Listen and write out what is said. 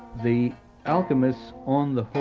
the alchemists on the